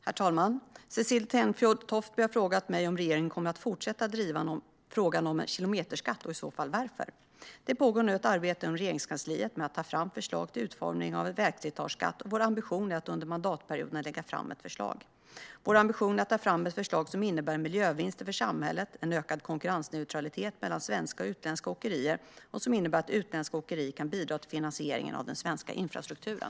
Herr talman! Cecilie Tenfjord-Toftby har frågat mig om regeringen kommer att fortsätta att driva frågan om en kilometerskatt och i så fall varför. Det pågår nu ett arbete inom Regeringskansliet med att ta fram förslag till utformning av en vägslitageskatt, och vår ambition är att under mandatperioden lägga fram ett förslag. Vår ambition är att ta fram ett förslag som innebär miljövinster för samhället, en ökad konkurrensneutralitet mellan svenska och utländska åkerier och som innebär att utländska åkerier kan bidra till finansieringen av den svenska infrastrukturen.